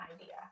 idea